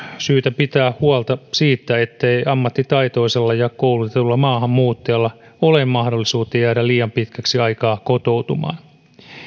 syytä pitää huolta siitä ettei ammattitaitoisella ja koulutetulla maahanmuuttajalla ole mahdollisuutta jäädä liian pitkäksi aikaa kotoutumaan